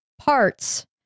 parts